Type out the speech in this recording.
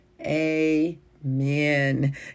amen